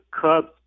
Cubs